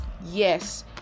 Yes